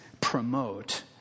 promote